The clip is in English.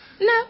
No